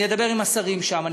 אדבר עם השרים שם,